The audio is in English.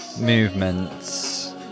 movements